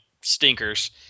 stinkers